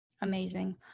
Amazing